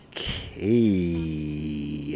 Okay